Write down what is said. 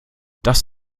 das